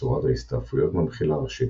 צורת ההסתעפויות מהמחילה הראשית,